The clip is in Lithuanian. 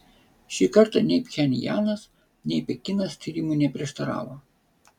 šį kartą nei pchenjanas nei pekinas tyrimui neprieštaravo